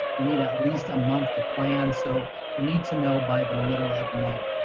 we need at least a month to plan so we need to know by the middle of may.